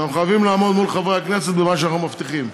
ואנחנו חייבים לעמוד מול חברי הכנסת במה שאנחנו מבטיחים.